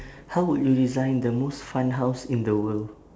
how would you design the most fun house in the world